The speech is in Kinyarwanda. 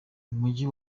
mujyi